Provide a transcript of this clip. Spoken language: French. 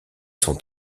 sont